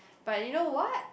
but you know what